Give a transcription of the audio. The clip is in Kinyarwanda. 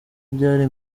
byari